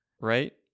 right